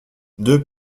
deux